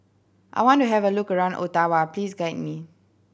I want to have a look around Ottawa please guide me